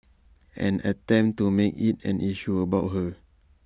and attempt to make IT an issue about her